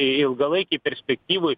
ilgalaikėj perspektyvoj